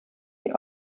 die